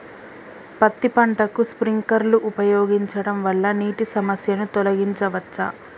పత్తి పంటకు స్ప్రింక్లర్లు ఉపయోగించడం వల్ల నీటి సమస్యను తొలగించవచ్చా?